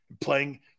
playing